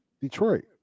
Detroit